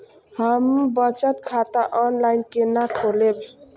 हम बचत खाता ऑनलाइन केना खोलैब?